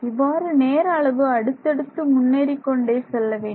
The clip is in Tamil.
இவ்வாறு நேர அளவு அடுத்தடுத்து முன்னேறிக் கொண்டே செல்ல வேண்டும்